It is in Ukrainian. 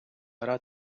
гра